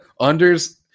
Unders